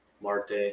Marte